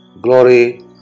Glory